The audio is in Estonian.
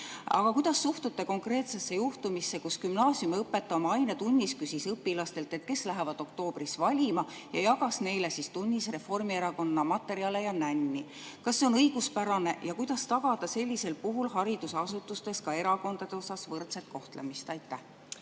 Aga kuidas suhtute konkreetsesse juhtumisse, kus gümnaasiumiõpetaja oma ainetunnis küsis õpilastelt, kes lähevad oktoobris valima, ja jagas neile siis tunnis Reformierakonna materjale ja nänni? Kas see on õiguspärane? Kuidas tagada sellisel puhul haridusasutustes ka erakondade osas võrdset kohtlemist? Aitäh,